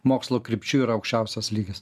mokslo krypčių yra aukščiausias lygis